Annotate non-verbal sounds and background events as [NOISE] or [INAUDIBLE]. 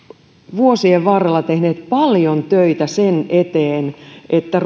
vuosien varrella tehneet paljon töitä sen eteen että [UNINTELLIGIBLE]